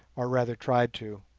or rather tried to